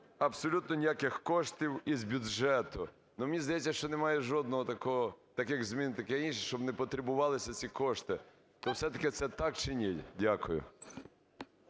абсолютно ніяких коштів із бюджету. Мені здається, що немає жодних таких змін і таке інше, щоб не потребувалися ці кошти. То все-таки це так чи ні? Дякую.